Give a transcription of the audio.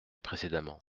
précédemment